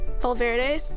Valverde